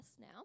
now